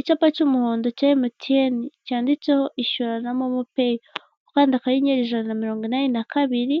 Icyapa cy'umuhondo cya MTN cyanditseho ishura na momo peye ukanda akanyenyeri ijana na mirongo inani na kabiri